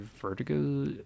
Vertigo